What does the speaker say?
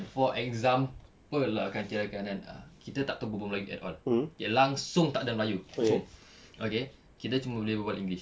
for example lah kita tak tahu berbual melayu at all dia langsung tak ada melayu okay kita cuma boleh berbual english